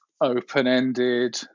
open-ended